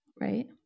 right